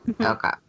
Okay